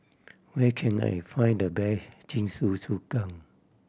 where can I find the best Jingisukan